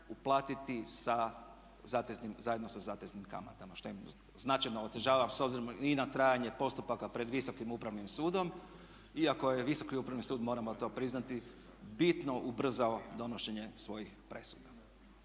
zateznim zajedno sa zateznim kamatama što im značajno otežava s obzirom i na trajanje postupaka pred Visokim upravnim sudom. Iako je Visoki upravni sud, moramo to priznati bitno ubrzao donošenje svojih presuda.